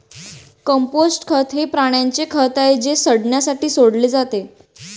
compost खत हे प्राण्यांचे खत आहे जे सडण्यासाठी सोडले जाते